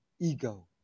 Ego